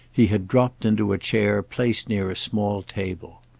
he had dropped into a chair placed near a small table.